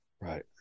Right